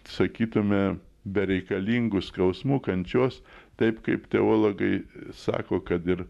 sakytume bereikalingų skausmų kančios taip kaip teologai sako kad ir